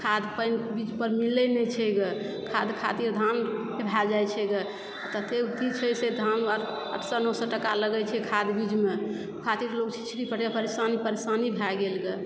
खाद पानि बीज पानि मिलै नहि छै ग खाद ख़ातिर धान भए जाइ छै ग तते की छै से ग धान आठ सए नओ सए टका लगै छै खाद बीजमे ओहि ख़ातिर लोग परेशानी परेशानी भए गेल ग